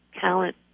talent